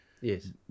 Yes